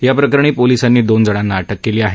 या प्रकरणी पोलीसांनी दोन जणांना अटक केली आहे